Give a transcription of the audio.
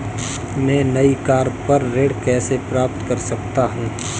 मैं नई कार पर ऋण कैसे प्राप्त कर सकता हूँ?